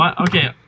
Okay